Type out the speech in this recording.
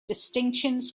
distinctions